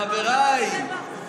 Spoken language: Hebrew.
אז חבריי,